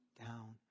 down